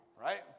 Right